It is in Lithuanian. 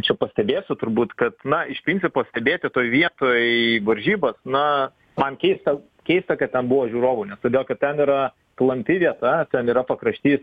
čia pastebėsiu turbūt kad na iš principo stebėti toj vietoj varžybas na man keista keista kad ten buvo žiūrovų nes todėl kad ten yra klampi vieta ten yra pakraštys